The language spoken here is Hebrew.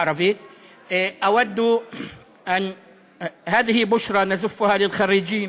בערבית: (אומר דברים בשפה הערבית,